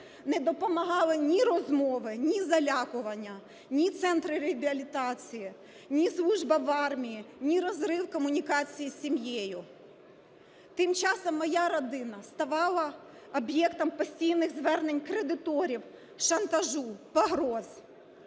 Не допомагали ні розмови, ні залякування, ні центри реабілітації, ні служба в армії, ні розрив комунікації з сім'єю. Тим часом моя родина ставала об'єктом постійних звернень кредиторів, шантажу, погроз.